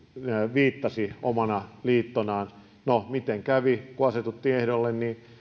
viittasi omana liittonaan no miten kävi kun asetuttiin ehdolle niin